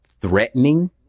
threatening